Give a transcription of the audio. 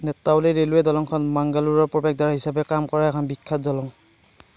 Netravati railway দলংখন মাংগালোৰৰ প্ৰৱেশদ্বাৰ হিচাপে কাম কৰা এখন বিখ্যাত দলং